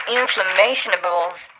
inflammationables